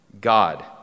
God